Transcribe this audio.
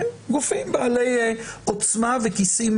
גופים בעלי עוצמה וכיסים